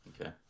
Okay